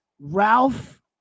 Ralph